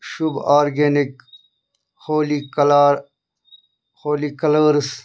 شُب organic Holi colour Holi colours